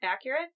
accurate